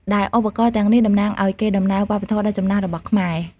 ដែលឧបករណ៍ទាំងនេះតំណាងឱ្យកេរដំណែលវប្បធម៌ដ៏ចំណាស់របស់ខ្មែរ។